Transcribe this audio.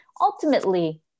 Ultimately